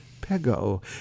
Pego